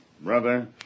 brother